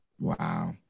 Wow